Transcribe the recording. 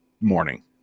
morning